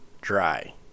dry